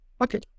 Okay